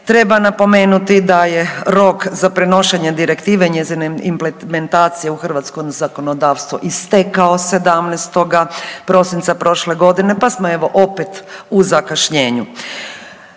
Treba napomenuti da je rok za prenošenje direktive njezine implementacije u hrvatsko zakonodavstvo istekao 17. prosinca prošle godine, pa smo evo opet u zakašnjenju.